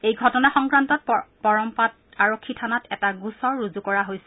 এই ঘটনা সংক্ৰান্তত পৰম্পাত আৰক্ষী থানাত এটা গোচৰ ৰুজু কৰা হৈছে